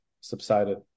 subsided